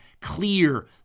clear